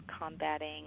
combating